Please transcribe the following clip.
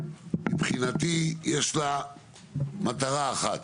מבחינתי יש לה מטרה אחת: